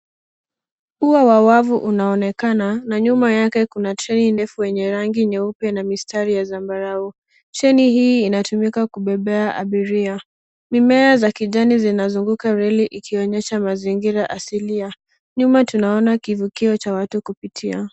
Ua wa wavu unaonekana na nyuma yake kuna treni ndefu yenye rangi nyeupe na mistari ya zambarau. Treni hii inatumika kubebea abiria. Mimea za kijani zinazunguka reli ikionyesha mazingira asilia. Nyuma tunaona kivukio cha watu kupitia.